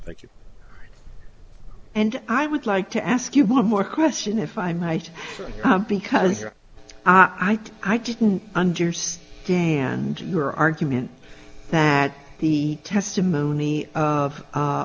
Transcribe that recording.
you and i would like to ask you one more question if i might because i think i didn't understand your argument that the testimony of